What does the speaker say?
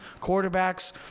quarterbacks